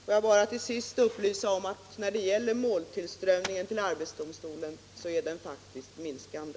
Låt mig bara till sist upplysa om att måltillströmningen till arbetsdomstolen faktiskt är minskande.